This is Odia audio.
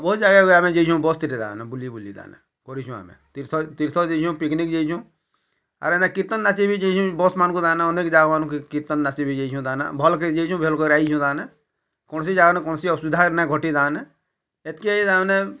ବହୁତ ଜାଗାକୁ ଆମେ ଯାଇଛୁଁ ବସ୍ଥିରେ ତା ମାନେ ବୁଲି ବୁଲି ତା ମାନେ କରିଛୁ ଆମେ ତୀର୍ଥ ଯାଇଚୁଁ ପିକ୍ନିକ୍ ଯାଇଚୁଁ ଆରେ ଏନ୍ତା କୀର୍ତ୍ତନ ନାଚି ବି ଯାଉଚୁଁ ବସ୍ ମାନଙ୍କୁ ତାହାମାନେ ଅନେଇକି ଯାଉଁ କୀର୍ତ୍ତନ ନାଚି ବି ଯାଉଚି ତା ମାନେ ଭଲ୍କରି ଯାଉଛୁ ଭଲ୍ କରି ଆଇଚୁ ତାମାନେ କୌଣସି ଜାଗାନେ କୌଣସି ଅସୁବିଧା ନାଇଁ ଘଟି ତାହାନେ ଏତ୍କି ତାହାମାନେ